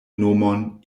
nomon